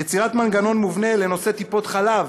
יצירת מנגנון מובנה לנושא טיפות-חלב.